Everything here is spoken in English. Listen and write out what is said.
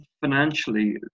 financially